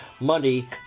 money